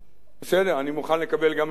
אני מוכן לקבל גם את התיקון הזה,